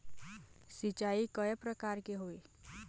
सिचाई कय प्रकार के होये?